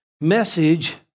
message